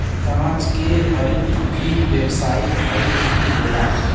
कांच के हरित गृह व्यावसायिक हरित गृह होला